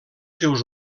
seus